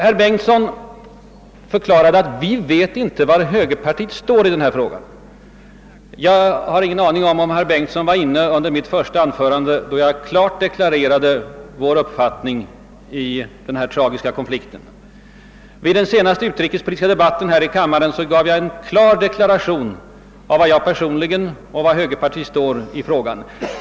Herr Bengtsson i Varberg förklarade att man inte vet var högerpartiet står i denna fråga. Jag vet inte, om herr Bengtsson åhörde mitt första anförande, där jag klart deklarerade vår uppfattning i den tragiska konflikt vi nu diskuterar. Vid den senaste utrikespolitiska debatten i denna kammare avgav jag en klar deklaration om var jag personligen och högerpartiet står i denna fråga.